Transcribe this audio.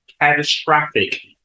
catastrophic